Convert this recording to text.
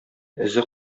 эзе